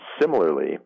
similarly